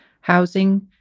housing